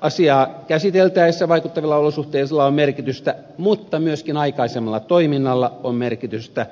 asiaa käsiteltäessä vaikuttavilla olosuhteilla on merkitystä mutta myöskin aikaisemmalla toiminnalla on merkitystä